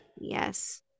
Yes